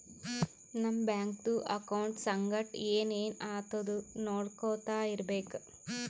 ನಮ್ ಬ್ಯಾಂಕ್ದು ಅಕೌಂಟ್ ಸಂಗಟ್ ಏನ್ ಏನ್ ಆತುದ್ ನೊಡ್ಕೊತಾ ಇರ್ಬೇಕ